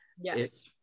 Yes